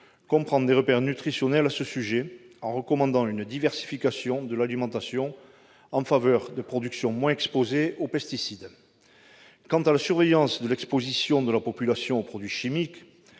comprend des repères nutritionnels à ce sujet, en recommandant une diversification de l'alimentation en faveur de productions moins exposées aux pesticides. Quant à la surveillance de l'exposition de la population aux produits chimiques,